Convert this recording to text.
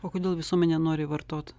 o kodėl visuomenė nori vartot